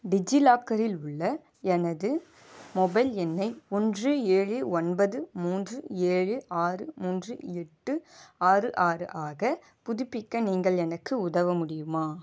டிஜிலாக்கரில் உள்ள எனது மொபைல் எண்ணை ஒன்று ஏழு ஒன்பது மூன்று ஏழு ஆறு மூன்று எட்டு ஆறு ஆறு ஆக புதுப்பிக்க நீங்கள் எனக்கு உதவ முடியுமா